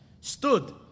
stood